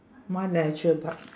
mine leisure park